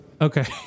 okay